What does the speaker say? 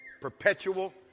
perpetual